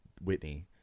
Whitney